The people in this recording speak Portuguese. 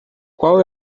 qual